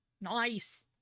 Nice